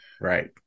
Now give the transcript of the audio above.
Right